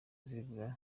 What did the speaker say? zibura